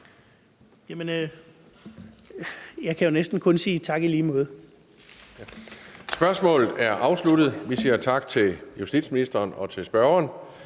Jeg kan jo næsten kun sige: Tak i lige måde.